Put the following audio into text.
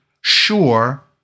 Sure